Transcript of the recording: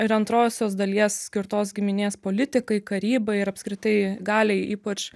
ir antrosios dalies skirtos giminės politikai karybai ir apskritai galiai ypač